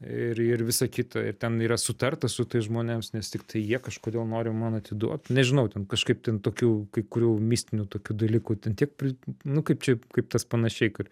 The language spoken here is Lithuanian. ir ir visa kita ir ten yra sutarta su tais žmonėms nes tiktai jie kažkodėl nori man atiduot nežinau ten kažkaip ten tokių kai kurių mistinių tokių dalykų ten tiek pri nu kaip čia kaip tas panašiai kur